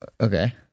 Okay